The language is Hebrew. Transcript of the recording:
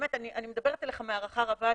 אני מדברת אליך מהערכה רבה,